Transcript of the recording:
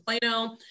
Plano